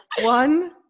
One